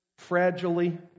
fragilely